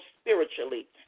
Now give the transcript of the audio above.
spiritually